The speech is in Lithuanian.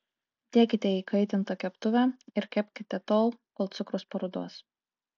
dėkite į įkaitintą keptuvę ir kepkite tol kol cukrus paruduos